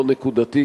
לא נקודתי,